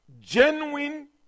genuine